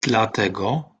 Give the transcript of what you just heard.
dlatego